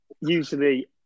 usually